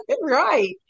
Right